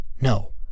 no